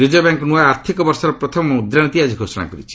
reserve bank ନୂଆ ଆର୍ଥିକ ବର୍ଷର ପ୍ରଥମ ମୁଦ୍ରାନୀତି ଆଜି ଘୋଷଣା କରିଛି